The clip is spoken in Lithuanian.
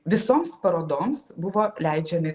visoms parodoms buvo leidžiami